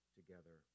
together